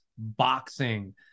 boxing